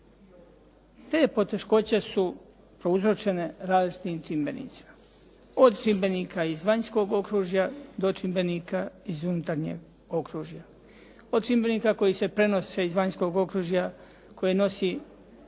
Te poteškoće su prouzročene različitim čimbenicima. Od čimbenika iz vanjskog okružja do čimbenika unutarnjeg okružja. Od čimbenika koji se prenose iz vanjskog okružja koje nosi